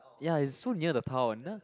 ya is so near the town